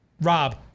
Rob